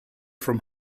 from